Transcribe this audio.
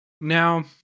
Now